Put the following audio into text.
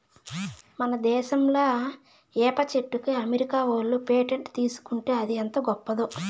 మన దేశంలా ఏప చెట్టుకి అమెరికా ఓళ్ళు పేటెంట్ తీసుకుంటే అది ఎంత గొప్పదో